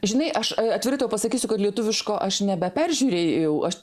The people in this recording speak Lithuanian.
žinai aš turiu tau pasakysiu kad lietuviško aš nebeperžiūrėjau aš